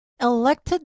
elected